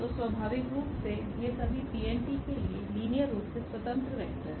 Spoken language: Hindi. तो स्वाभाविक रूप से ये सभी के लीनियर रुप से स्वतंत्र वेक्टर हैं